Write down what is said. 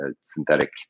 synthetic